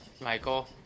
Michael